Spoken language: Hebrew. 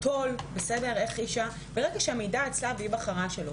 וברגע המדיה אצלה, והיא בחרה שלא.